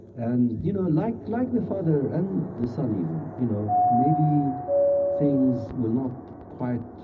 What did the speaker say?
and you know, like like the father and the son even, you know, maybe things will not quite